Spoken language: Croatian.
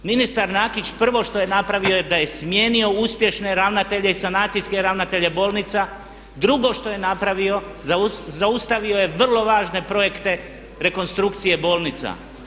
Ministar Nakić prvo što je napravio da je smijenio uspješne ravnatelje i sanacijske ravnatelje bolnica, drugo što je napravio zaustavio je vrlo važne projekte rekonstrukcije bolnica.